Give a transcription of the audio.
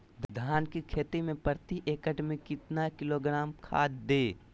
धान की खेती में प्रति एकड़ में कितना किलोग्राम खाद दे?